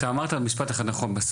אתה אמרת משפט אחד נכון,